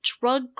Drug